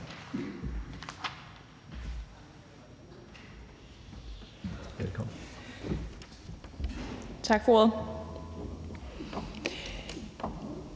Tak for ordet.